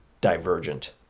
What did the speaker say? divergent